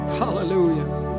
hallelujah